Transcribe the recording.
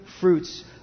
fruits